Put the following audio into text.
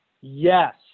yes